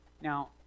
Now